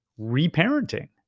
reparenting